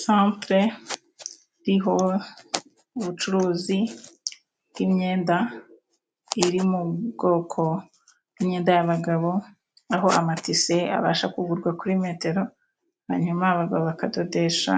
Santere iriho ubucuruzi bw'imyenda iri mu bwoko bw'imyenda y'abagabo aho amatisi abasha kugurwa kuri metero hanyuma abagabo bakadodesha